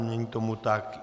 Není tomu tak.